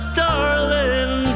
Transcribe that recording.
darling